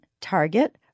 Target